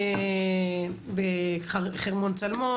בחשון תשפ"ב.